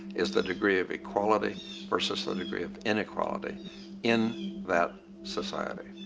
is the degree of equality versus the degree of inequality in that society.